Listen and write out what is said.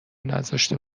نذاشته